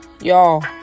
Y'all